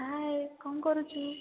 ହାଏ କ'ଣ କରୁଛୁ